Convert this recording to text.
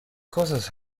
cosas